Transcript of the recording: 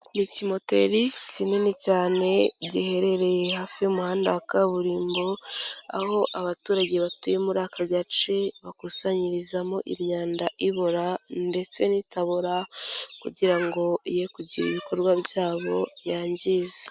Ni ikimoteri kinini cyane giherereye hafi y'umuhanda wa kaburimbo, aho abaturage batuye muri aka gace bakusanyirizamo imyanda ibora ndetse n'itabora kugira ngo ye kugira ibikorwa byabo yangiza.